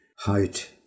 height